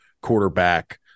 quarterback